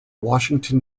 washington